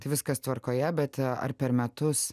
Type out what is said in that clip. tai viskas tvarkoje bet ar per metus